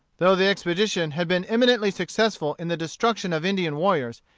though the expedition had been eminently successful in the destruction of indian warriors,